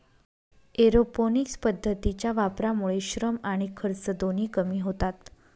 aeroponics पद्धतीच्या वापरामुळे श्रम आणि खर्च दोन्ही कमी होतात